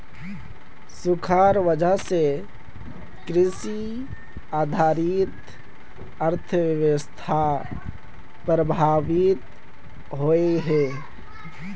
सुखार वजह से कृषि आधारित अर्थ्वैवास्था प्रभावित होइयेह